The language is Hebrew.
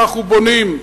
אנחנו בונים.